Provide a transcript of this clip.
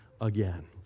again